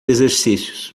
exercícios